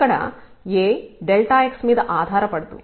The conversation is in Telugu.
ఇక్కడ A x మీద ఆధారపడదు